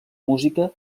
música